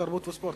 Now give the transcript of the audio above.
התרבות והספורט,